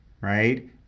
right